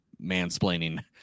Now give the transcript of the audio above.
mansplaining